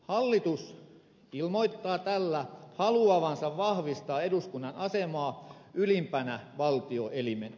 hallitus ilmoittaa tällä haluavansa vahvistaa eduskunnan asemaa ylimpänä valtioelimenä